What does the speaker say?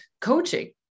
coaching